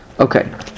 Okay